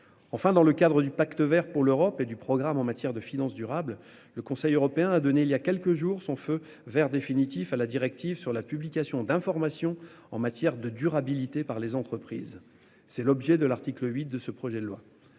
Enfin dans le cadre du Pacte Vert pour l'Europe et du programme en matière de finance durable. Le Conseil européen a donné il y a quelques jours, son feu Vert définitif à la directive sur la publication d'informations en matière de durabilité par les entreprises. C'est l'objet de l'article 8 de ce projet de loi.